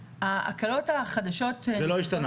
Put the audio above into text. ההקלות החדשות --- זה לא השתנה.